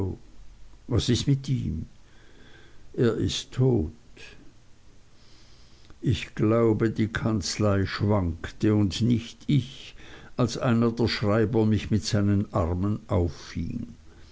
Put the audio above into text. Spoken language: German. was ist mit ihm er ist tot ich glaubte die kanzlei schwankte und nicht ich als einer der schreiber mich mit seinen armen